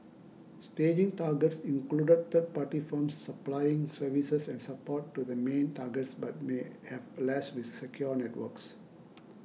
staging targets included third party firms supplying services and support to the main targets but may have less secure networks